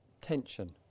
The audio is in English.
tension